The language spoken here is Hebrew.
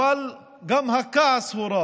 אבל גם הכעס הוא רב.